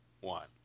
one